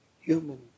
human